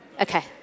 Okay